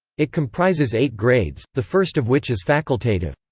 it comprises eight grades, the first of which is facultative.